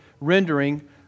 rendering